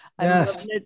Yes